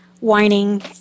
whining